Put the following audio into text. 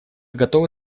готовы